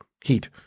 heat